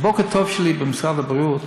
ה"בוקר טוב" שלי במשרד הבריאות